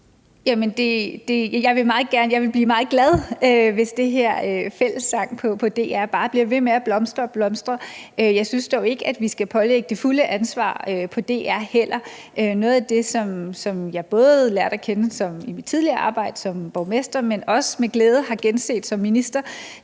Jeg ville blive meget glad, hvis det her fællessang på DR bare blev ved med at blomstre og blomstre. Jeg synes dog ikke, at vi skal pålægge DR det fulde ansvar. Noget af det, som jeg både lærte at kende i mit tidligere arbejde som borgmester, men også med glæde har genset som minister,